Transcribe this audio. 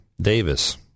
Davis